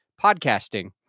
podcasting